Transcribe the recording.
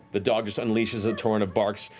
the dog unleashes a torrent of barks,